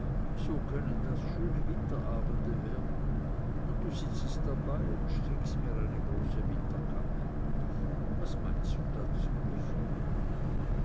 so können das schöne winterabende werden und du sitzt dabei und strickst mir eine große winterkappe was meinst du dazu effi